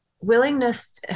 willingness